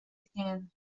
again